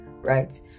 right